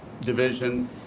division